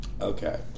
Okay